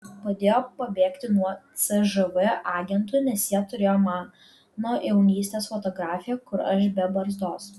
padėjo pabėgti nuo cžv agentų nes jie turėjo mano jaunystės fotografiją kur aš be barzdos